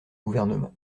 gouvernement